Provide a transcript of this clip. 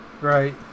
Right